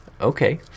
Okay